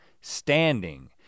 standing